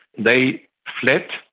they fled,